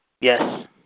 Yes